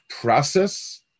process